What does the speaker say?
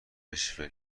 بشه